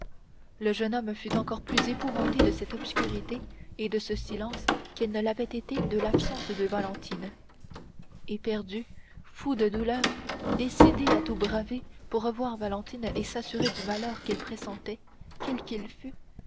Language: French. le jeune homme fut encore plus épouvanté de cette obscurité et de ce silence qu'il ne l'avait été de l'absence de valentine éperdu fou de douleur décidé à tout braver pour revoir valentine et s'assurer du malheur qu'il pressentait quel qu'il fût